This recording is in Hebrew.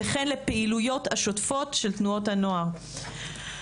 וכן לפעילויות השוטפות של תנועת הנוער.